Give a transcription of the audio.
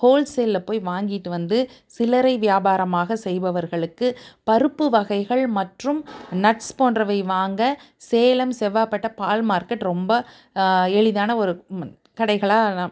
ஹோல்சேலில் போய் வாங்கிட்டு வந்து சில்லறை வியாபாரமாக செய்பவர்களுக்கு பருப்பு வகைகள் மற்றும் நட்ஸ் போன்றவை வாங்க சேலம் செவ்வாப்பேட்டை பால் மார்கெட் ரொம்ப எளிதான ஒரு ம் கடைகளாக